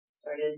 started